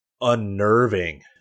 unnerving